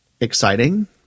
exciting